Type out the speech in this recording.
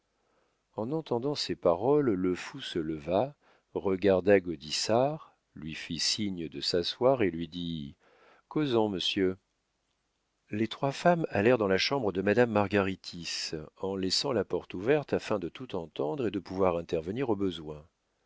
en entendant ces paroles le fou se leva regarda gaudissart lui fit signe de s'asseoir et lui dit causons monsieur les trois femmes allèrent dans la chambre de madame margaritis en laissant la porte ouverte afin de tout entendre et de pouvoir intervenir au besoin